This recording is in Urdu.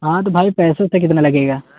ہاں تو بھائی پیسے تو کتنا لگے گا